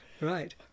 right